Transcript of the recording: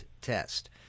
test